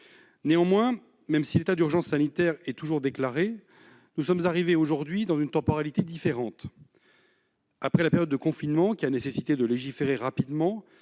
pas moins. Si l'état d'urgence sanitaire est toujours déclaré, nous sommes arrivés aujourd'hui dans une temporalité différente : après la période de confinement qui a nécessité de légiférer rapidement,